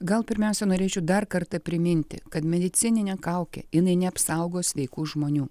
gal pirmiausia norėčiau dar kartą priminti kad medicininė kaukė jinai neapsaugo sveikų žmonių